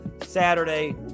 saturday